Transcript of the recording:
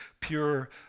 pure